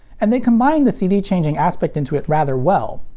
and they combined the cd changing aspect into it rather well.